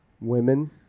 women